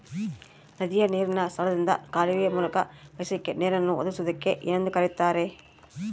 ನದಿಯ ನೇರಿನ ಸ್ಥಳದಿಂದ ಕಾಲುವೆಯ ಮೂಲಕ ಬೇಸಾಯಕ್ಕೆ ನೇರನ್ನು ಒದಗಿಸುವುದಕ್ಕೆ ಏನೆಂದು ಕರೆಯುತ್ತಾರೆ?